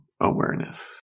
awareness